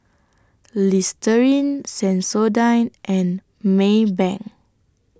Listerine Sensodyne and Maybank